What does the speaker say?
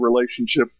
relationship